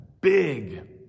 big